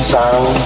Sound